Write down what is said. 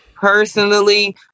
Personally